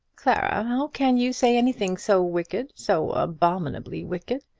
clara! how can you say anything so wicked so abominably wicked!